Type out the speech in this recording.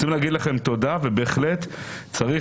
צריך לומר לכם תודה ובהחלט צריך,